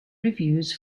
reviews